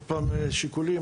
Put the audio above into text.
עוד פעם שיקולים,